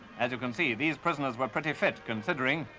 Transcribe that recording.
as you can see, these prisoners were pretty fit, considering,